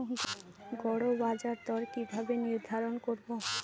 গড় বাজার দর কিভাবে নির্ধারণ করব?